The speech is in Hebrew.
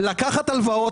לקחת הלוואות,